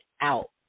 out